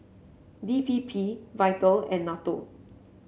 D P P Vital and NATO